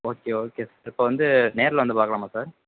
okay okay sir இப்போ வந்து நேரில் வந்து பார்க்கலாமா சார்